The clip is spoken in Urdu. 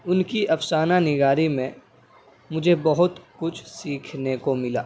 ان کی افسانہ نگاری میں مجھے بہت کچھ سیکھنے کو ملا